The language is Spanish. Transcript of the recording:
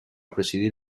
presidir